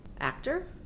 Actor